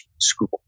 school